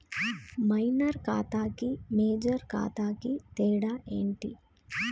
Minor ఖాతా కి major ఖాతా కి తేడా ఏంటి?